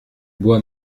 bois